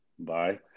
Bye